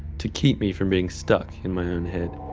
to keep me from being stuck in my own head.